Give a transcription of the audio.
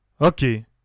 Okay